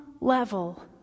level